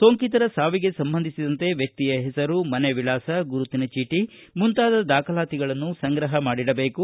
ಸೋಂಕಿತರ ಸಾವಿಗೆ ಸಂಬಂಧಿಸಿದಂತೆ ವ್ಯಕ್ತಿಯ ಹೆಸರು ಮನೆ ವಿಳಾಸ ಗುರುತಿನ ಚೀಟ ಮುಂತಾದ ದಾಖಲಾತಿಗಳನ್ನು ಸಂಗ್ರಹ ಮಾಡಿಡಬೇಕು